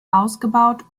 ausgebaut